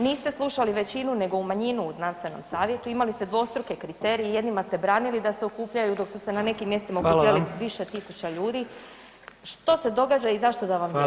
Niste slušali većinu nego u manjinu u znanstvenom savjetu, imali ste dvostruke kriterije, jednima ste branili da se okupljaju dok su se na nekim mjestima okupljali više tisuća ljudi [[Upadica predsjednik: Hvala vam.]] što se događa i zašto da vam vjerujemo?